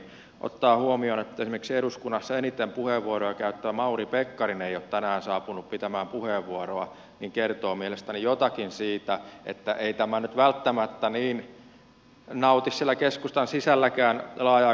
ottaen huomioon sen että esimerkiksi eduskunnassa eniten puheenvuoroja käyttävä mauri pekkarinen ei ole tänään saapunut pitämään puheenvuoroa se kertoo mielestäni jotakin siitä että ei tämä nyt välttämättä nauti siellä keskustan sisälläkään laajaa kannatusta